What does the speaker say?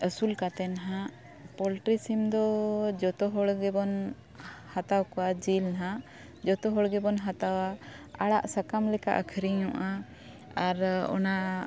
ᱟᱹᱥᱩᱞ ᱠᱟᱛᱮᱫ ᱱᱟᱜ ᱯᱚᱞᱴᱨᱤ ᱥᱤᱢ ᱫᱚ ᱡᱷᱚᱛᱚ ᱦᱚᱲ ᱜᱮᱵᱚᱱ ᱦᱟᱛᱟᱣ ᱠᱚᱣᱟ ᱡᱤᱞ ᱱᱟᱜ ᱡᱷᱚᱛᱚ ᱦᱚᱲ ᱜᱮᱵᱚᱱ ᱦᱟᱛᱟᱣᱟ ᱟᱲᱟᱜ ᱥᱟᱠᱟᱢ ᱞᱮᱠᱟ ᱟᱹᱠᱷᱨᱤᱧᱚᱜᱼᱟ ᱟᱨ ᱚᱱᱟ